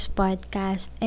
podcast